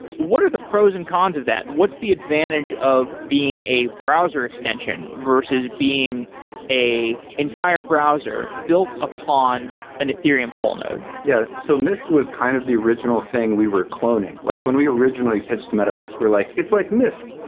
what are the pros and cons of that? what's the advantage of being a browser extension versus being a entire browser built upon an ethereum full node? yeah. so mist was kind of the original thing we were cloning. like when we originally pitched metamask we're like, it's like mist,